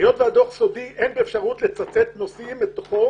היות והדוח סודי אין באפשרותי לצטט נושאים מתוכו